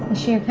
she